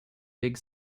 big